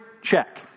check